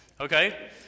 Okay